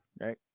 right